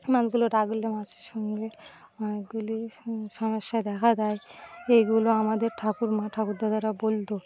মাছগুলো মাছের সঙ্গে অনেকগুলি সমস্যা দেখা দেয় এইগুলো আমাদের ঠাকুর্মা ঠাকুরদাদারা বলতো